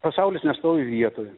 pasaulis nestovi vietoj